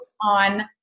on